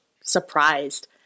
surprised